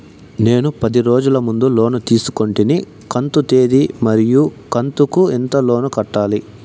నేను పది రోజుల ముందు లోను తీసుకొంటిని కంతు తేది మరియు కంతు కు ఎంత లోను కట్టాలి?